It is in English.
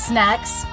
Snacks